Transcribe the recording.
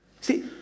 See